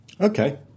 Okay